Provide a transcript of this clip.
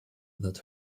that